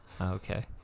Okay